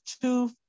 two